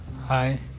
Hi